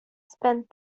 spent